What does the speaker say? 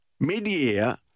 Mid-year